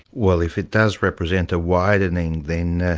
well if it does represent a widening then, ah